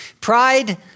Pride